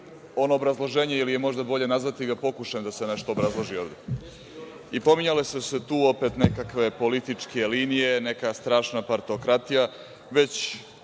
ono obrazloženje, ili je možda bolje nazvati ga pokušajem da se nešto obrazloži ovde. Pominjale su se tu opet nekakve političke linije, neka strašna partokratija, već